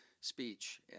speech